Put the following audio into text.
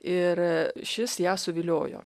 ir šis ją suviliojo